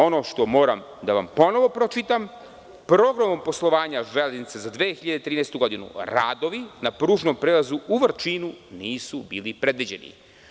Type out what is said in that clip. Ono što moram ponovo da vam pročitam – programom poslovanja „Železnica“ za 2013. godinu, radovi na pružnom prelazu u Vrčinu nisu bili predviđeni.